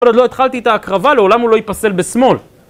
כל עוד לא התחלתי את ההקרבה, לעולם הוא לא ייפסל בשמאל.